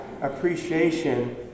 appreciation